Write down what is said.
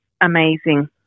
amazing